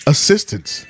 Assistance